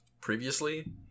previously